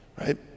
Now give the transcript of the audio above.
right